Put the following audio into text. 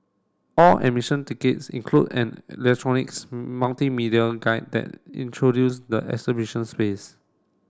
all admission tickets include an electronics multimedia guide that introduce the exhibition space